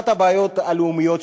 אחת הבעיות הלאומיות,